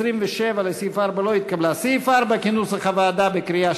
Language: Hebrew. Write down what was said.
הסתייגות 27, לסעיף 4, לא התקבלה.